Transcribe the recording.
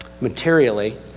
materially